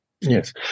yes